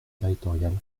territoriales